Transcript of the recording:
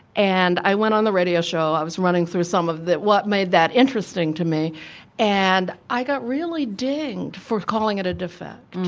and i went on the radio show, i was running through some of what made that interesting to me and i got really dinged for calling it a defect.